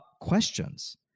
questions